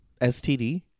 STD